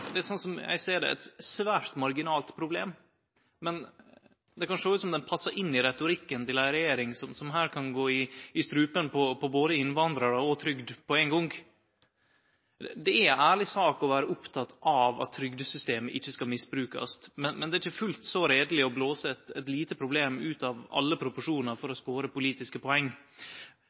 eit svært marginalt problem, men det kan sjå ut som det passar inn i retorikken til ei regjering som her kan gå i strupen på både innvandrarar og trygd på ein gong. Det er ei ærleg sak å vere oppteken av at trygdesystemet ikkje skal misbrukast, men det er ikkje fullt så reieleg å blåse eit lite problem ut av alle proporsjonar for å skåre politiske poeng.